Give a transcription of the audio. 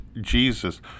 Jesus